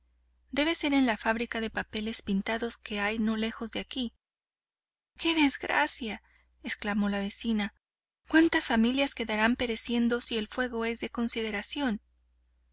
debe ser en la fábrica de papeles pintados que hay no lejos de aquí qué desgracia exclamó la vecina cuántas familias quedarán pereciendo si el fuego es de consideración